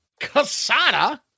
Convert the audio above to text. Casada